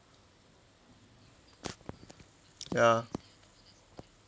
ya